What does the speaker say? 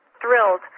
thrilled